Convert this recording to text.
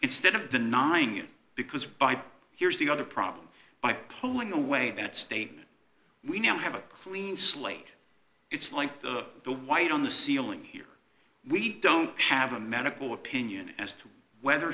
instead of denying it because by here's the other problem by pulling away that statement we now have a clean slate it's like the the white on the ceiling here we don't have a medical opinion as to whether